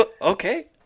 Okay